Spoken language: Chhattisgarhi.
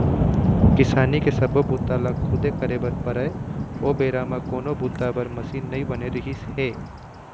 किसानी के सब्बो बूता ल खुदे करे बर परय ओ बेरा म कोनो बूता बर मसीन नइ बने रिहिस हे